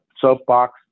soapbox